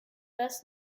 best